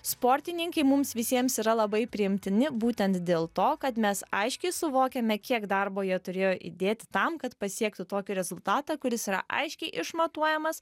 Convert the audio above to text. sportininkai mums visiems yra labai priimtini būtent dėl to kad mes aiškiai suvokiame kiek darbo jie turėjo įdėti tam kad pasiektų tokį rezultatą kuris yra aiškiai išmatuojamas